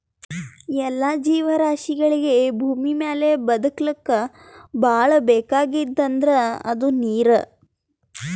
ಎಲ್ಲಾ ಜೀವರಾಶಿಗಳಿಗ್ ಭೂಮಿಮ್ಯಾಲ್ ಬದಕ್ಲಕ್ ಭಾಳ್ ಬೇಕಾಗಿದ್ದ್ ಅಂದ್ರ ಅದು ನೀರ್